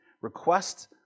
request